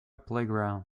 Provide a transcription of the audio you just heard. playground